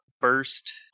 burst